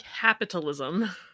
capitalism